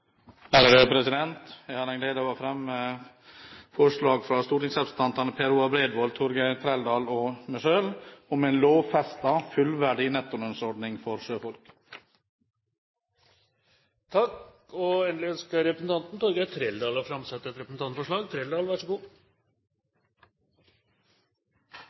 Jeg har den glede å fremme forslag fra stortingsrepresentantene Per Roar Bredvold, Torgeir Trældal og meg selv om en lovfestet, fullverdig nettolønnsordning for sjøfolk. Representanten Torgeir Trældal ønsker å framsette et representantforslag.